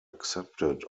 accepted